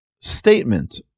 statement